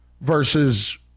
versus